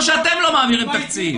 או שאתם לא מעבירים תקציב?